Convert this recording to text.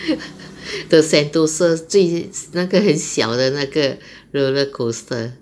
the sentosa 最那个很小的那个 roller coaster